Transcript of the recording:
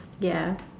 ya